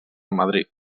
madrid